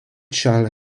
charles